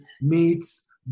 meets